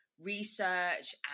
research